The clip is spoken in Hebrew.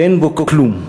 שאין בו כלום,